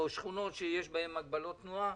או שכונות שיש בהן הגבלות תנועה.